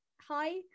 Hi